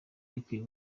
rikwiye